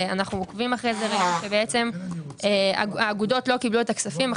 אנחנו עוקבים אחרי זה וראינו שבעצם האגודות לא קיבלו את הכספים.